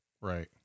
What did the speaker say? Right